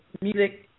music